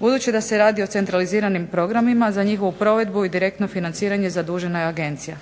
Budući da se radi o centraliziranim programima za njihovu provedbu i direktno financiranje zadužena je agencija.